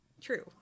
true